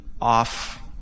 off